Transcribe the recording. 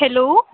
hello